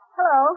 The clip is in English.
Hello